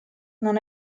non